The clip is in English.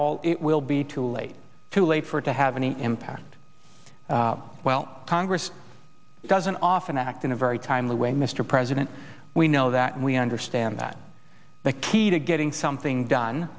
all it will be too late too late for it to have any impact well congress doesn't often act in a very timely way mr president we know that we understand that the key to getting